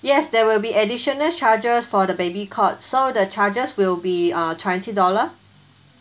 yes there will be additional charges for the baby cot so the charges will be uh twenty dollar